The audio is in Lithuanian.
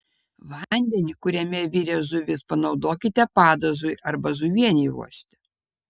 vandenį kuriame virė žuvis panaudokite padažui arba žuvienei ruošti